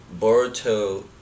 Boruto